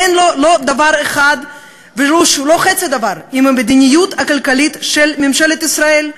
אין לו דבר וחצי דבר עם המדיניות הכלכלית של מממשלת ישראל.